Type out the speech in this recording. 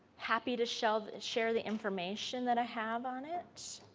happy to share share the information that i have on it.